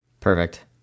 Perfect